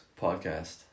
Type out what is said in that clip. podcast